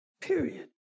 period